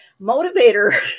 motivator